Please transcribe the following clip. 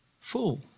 full